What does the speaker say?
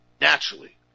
naturally